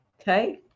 okay